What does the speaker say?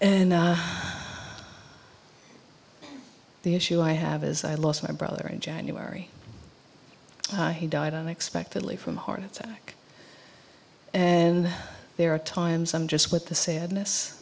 and the issue i have is i lost my brother in january he died unexpectedly from a heart attack and there are times i'm just with the sadness